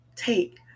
Take